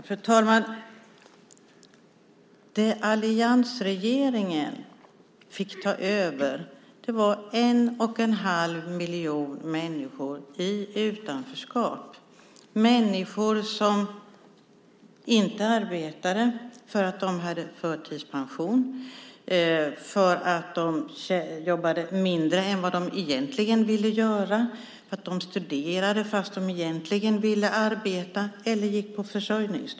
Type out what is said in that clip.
Herr talman! Det alliansregeringen fick ta över var en och halv miljon människor i utanförskap. Det är människor som inte arbetade för att de hade förtidspension. Det är människor som jobbade mindre än vad de egentligen ville göra. De studerade fast de egentligen ville arbeta eller gick på försörjningsstöd.